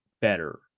better